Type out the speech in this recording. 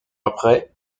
après